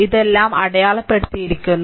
ഇതെല്ലാം അടയാളപ്പെടുത്തിയിരിക്കുന്നു